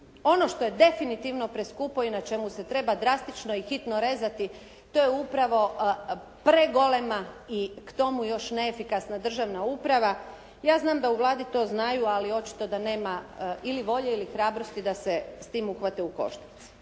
Ono što je definitivno preskupo i na čemu se treba drastično i hitno rezati, to je upravo pregolema i k tomu još neefikasna državna uprava. Ja znam da u Vladi to znaju, ali očito da nema ili volje ili hrabrosti da se s tim uhvate u koštac.